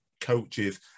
coaches